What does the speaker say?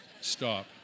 stop